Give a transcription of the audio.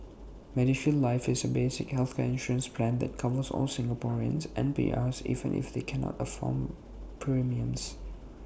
medishield life is A basic healthcare insurance plan that covers all Singaporeans and PRs even if they cannot afford premiums